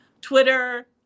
twitter